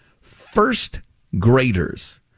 First-graders